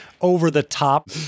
over-the-top